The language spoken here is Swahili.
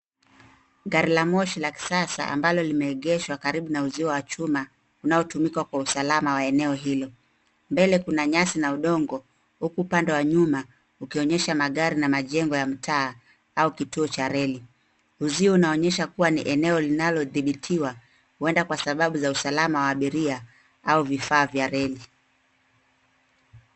Gari la moshi la kisasa ambalo limeegeshwa karibu na uzio wa chuma, unaotumika kwa usalama wa eneo hilo. Mbele kuna nyasi na udongo, huku upande wa nyuma ukionyesha magari na majengo ya mtaa au kituo cha reli. Uzio unaonyesha kuwa ni eneo linalodhibitiwa huenda kwa sababu za usalama wa abiria, au vifaa vya reli.